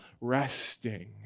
resting